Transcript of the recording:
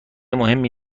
مهمی